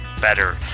better